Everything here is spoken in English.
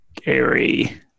Gary